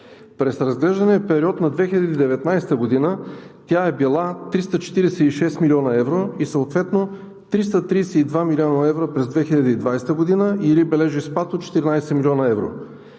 През разглеждания период на 2019 г. тя е била 346 млн. евро и съответно 332 млн. евро през 2020 г., или бележи спад от 14 млн. евро.